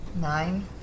nine